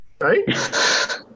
right